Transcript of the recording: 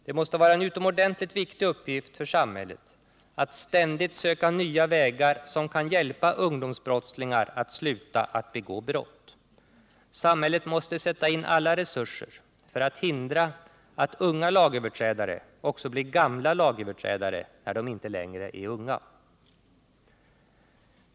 Det måste vara en utomordentligt viktig uppgift för samhället att ständigt söka nya vägar som kan hjälpa ungdomsbrottslingar att sluta att begå brott. Samhället måste sätta in alla resurser för att hindra att unga lagöverträdare också blir gamla lagöverträdare när de inte längre är unga.